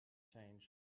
change